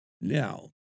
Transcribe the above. now